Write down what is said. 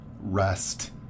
Rest